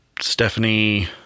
Stephanie